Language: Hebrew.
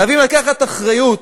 חייבים לקחת אחריות